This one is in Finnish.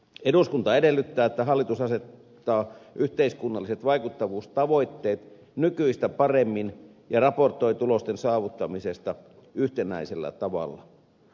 eduskunta edellyttää että hallitus asettaa yhteiskunnalliset vaikuttavuustavoitteet nykyistä paremmin ja raportoi tulosten saavuttamisesta yhtenäisellä tavalla